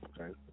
Okay